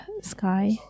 sky